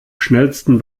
schnellsten